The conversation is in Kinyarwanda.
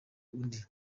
undi